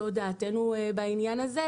זו דעתנו בעניין הזה,